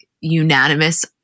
unanimous